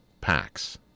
packs